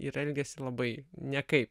ir elgiasi labai nekaip